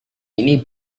ini